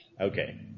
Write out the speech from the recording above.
Okay